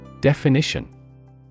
Definition